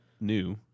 new